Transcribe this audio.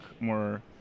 more